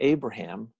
Abraham